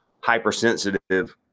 hypersensitive